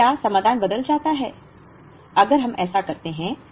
अब क्या समाधान बदल जाता है अगर हम ऐसा करते हैं